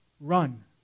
Run